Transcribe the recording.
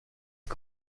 que